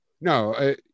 No